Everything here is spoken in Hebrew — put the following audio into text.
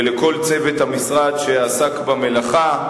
ולכל צוות המשרד שעסק במלאכה: